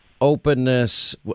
openness